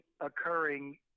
occurring